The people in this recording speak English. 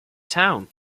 town